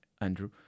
Andrew